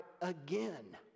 again